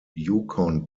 yukon